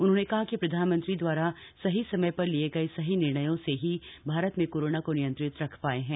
उन्होंने कहा कि प्रधानमंत्री द्वारा सही समय पर लिए गए सही निर्णयों से ही भारत में कोरोना को नियंत्रित रख पाए हैं